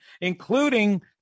including